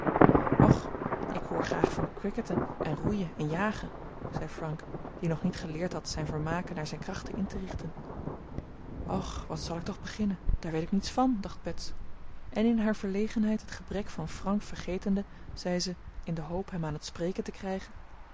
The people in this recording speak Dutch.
verloor och ik hoor graag van cricketten en roeien en jagen zei frank die nog niet geleerd had zijn vermaken naar zijn krachten in te richten o wat zal ik toch beginnen daar weet ik niets van dacht bets en in haar verlegenheid het gebrek van frank vergetende zei zij in de hoop hem aan het spreken te krijgen